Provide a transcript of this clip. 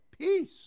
peace